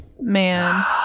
Man